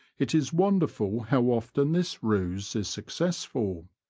it is wonderful how often this ruse is successful.